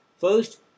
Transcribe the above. First